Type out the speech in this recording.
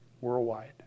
worldwide